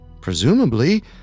Presumably